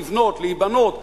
לבנות ולהיבנות,